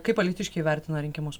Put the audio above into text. kaip alytiškiai vertina rinkimus